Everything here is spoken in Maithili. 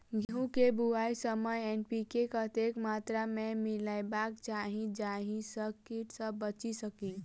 गेंहूँ केँ बुआई समय एन.पी.के कतेक मात्रा मे मिलायबाक चाहि जाहि सँ कीट सँ बचि सकी?